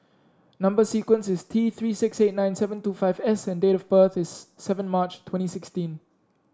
number sequence is T Three six eight nine seven two five S and date of birth is seven March twenty sixteen